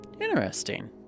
Interesting